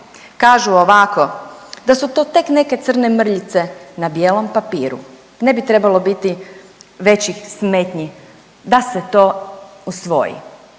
Kažu ovako, da su to tek neke crne mrljice na bijelom papiru. Ne bi trebalo biti većih smetnji da se to usvoji.